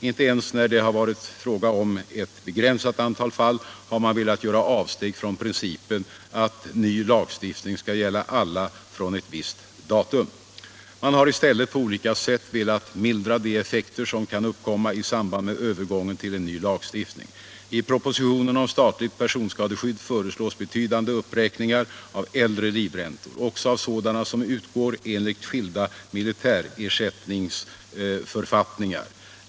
Inte ens när det har varit fråga om ett begränsat antal fall har man velat göra avsteg ifrån principen att ny lagstiftning skall gälla alla från ett visst datum. Man har i stället på olika sätt velat mildra de effekter som kan uppkomma i samband med övergången till en ny lagstiftning. I propositionen om statligt personskadeskydd föreslås betydande uppräkningar av äldre livräntor, också av sådana som utgår enligt skilda militärersättningsförfattningar.